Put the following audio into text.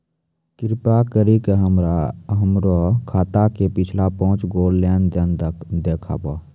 कृपा करि के हमरा हमरो खाता के पिछलका पांच गो लेन देन देखाबो